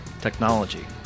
technology